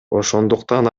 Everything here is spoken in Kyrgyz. ошондуктан